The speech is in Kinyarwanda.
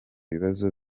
bibazo